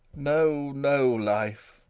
no, no life!